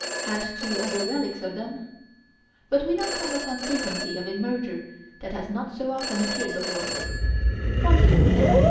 as to other relics of them but we now come upon frequency of a merger that has not so often appeared before fraudulency.